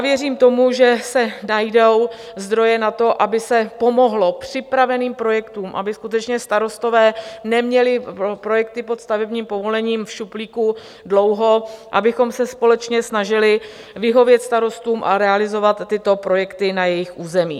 Věřím tomu, že se najdou zdroje na to, aby se pomohlo připraveným projektům, aby starostové skutečně neměli projekty pod stavebním povolením v šuplíku dlouho, abychom se společně snažili vyhovět starostům a realizovat tyto projekty na jejich území.